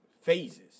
phases